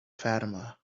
fatima